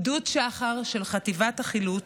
גדוד שחר של חטיבת החילוץ,